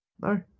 No